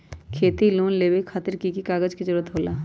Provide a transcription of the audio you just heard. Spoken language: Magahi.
खेती लोन लेबे खातिर की की कागजात के जरूरत होला?